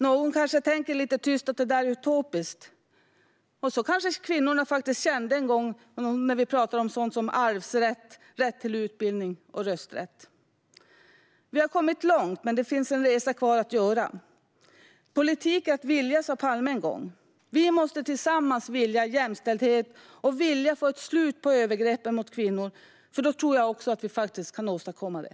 Någon kanske tänker lite tyst att det där är utopiskt, och så kanske kvinnorna faktiskt kände en gång när det gäller sådant som arvsrätt, rätt till utbildning och rösträtt. Vi har kommit långt, men det finns en resa kvar att göra. Politik är att vilja, sa Palme en gång. Vi måste tillsammans vilja jämställdhet och vilja få ett slut på övergreppen på kvinnor, för då tror jag att vi faktiskt kan åstadkomma det.